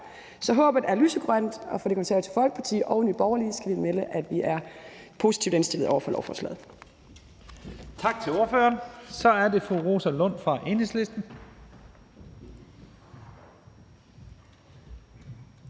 Så håbet er lysegrønt, og fra Det Konservative Folkepartis side og fra Nye Borgerliges side skal vi melde, at vi er positivt indstillet over for lovforslaget.